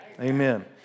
Amen